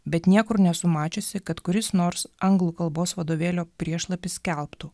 bet niekur nesu mačiusi kad kuris nors anglų kalbos vadovėlio priešlapis skelbtų